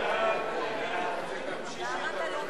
הצעת סיעות